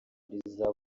rizaba